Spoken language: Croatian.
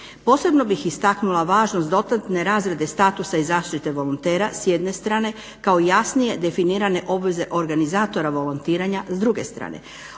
Posebno bih istaknula važnost dodatne razrade statusa i zaštite volontera s jedne strane kao jasnije definirane obveze organizatora volontiranja s druge strane.